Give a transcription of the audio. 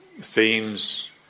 themes